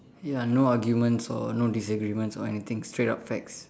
ya no arguments or no disagreements or anything straight up facts